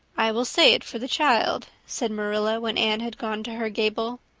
i will say it for the child, said marilla when anne had gone to her gable,